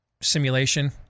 simulation